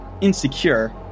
Insecure